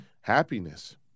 happiness